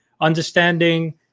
understanding